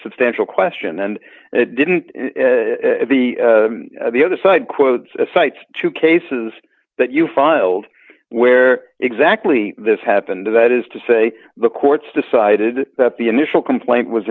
substantial question and it didn't in the the other side quote cites two cases that you filed where exactly this happened that is to say the courts decided that the initial complaint was